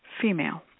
female